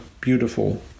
Beautiful